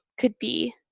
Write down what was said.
could be